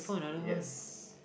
yes